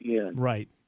right